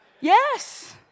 Yes